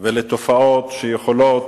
ולתופעות שיכולות